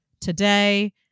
today